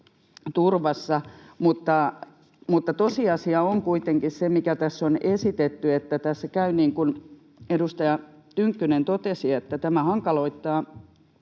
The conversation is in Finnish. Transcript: Tosiasia on kuitenkin se, mikä tässä on esitetty, että tässä käy niin kuin edustaja Tynkkynen totesi, että tämä hankaloittaa